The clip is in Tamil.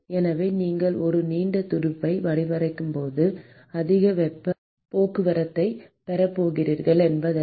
எனவே நீங்கள் ஒரு நீண்ட துடுப்பை வடிவமைத்து அதிக வெப்பப் போக்குவரத்தைப் பெறப் போகிறீர்கள் என்பதல்ல